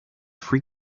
free